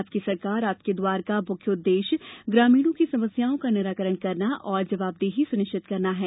आपकी सरकार आपके द्वार का मुख्य उद्देश्य ग्रामीणों की समस्याओं का निराकरण करना और जवाबदेही सुनिश्चित करना है